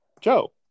Joe